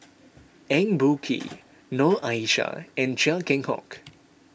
Eng Boh Kee Noor Aishah and Chia Keng Hock